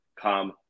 come